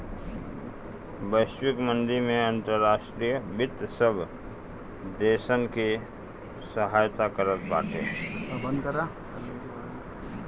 वैश्विक मंदी में अंतर्राष्ट्रीय वित्त सब देसन के सहायता करत बाटे